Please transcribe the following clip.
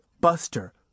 Buster